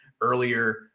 earlier